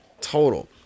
total